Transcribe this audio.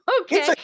Okay